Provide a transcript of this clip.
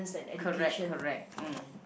correct correct mm